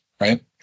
right